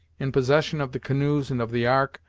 in possession of the canoes and of the ark,